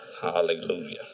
Hallelujah